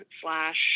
slash